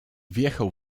wjechał